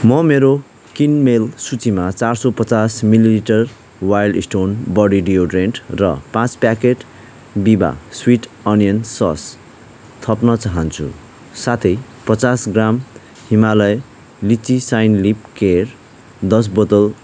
म मेरो किनमेल सूचीमा चार सौ पचास millilitre Wild Stone body deodorant र पाँच packet Veeba sweet onion sauce थप्न चाहन्छु साथै पचास ग्राम हिमालय लिची साइन लिपकेयर दस बोतल